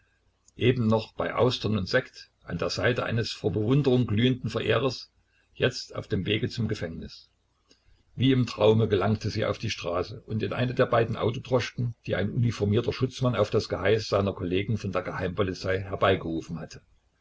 eben noch bei austern und sekt an der seite eines vor bewunderung glühenden verehrers jetzt auf dem wege zum gefängnis wie im traume gelangte sie auf die straße und in eine der beiden autodroschken die ein uniformierter schutzmann auf das geheiß seiner kollegen von der geheimpolizei herbeigerufen hatte